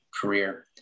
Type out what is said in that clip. career